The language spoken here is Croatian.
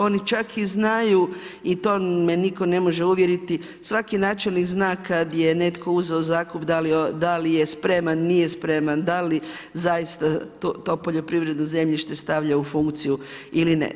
Oni čak i znaju i to me nitko ne može uvjeriti, svaki načelnik zna kad je netko uzeo zakup da li je spreman, nije spreman, da li zaista to poljoprivredno zemljište stavlja u funkciju ili ne.